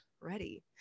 ready